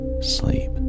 sleep